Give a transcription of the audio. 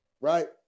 Right